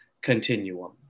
continuum